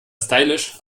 stylisch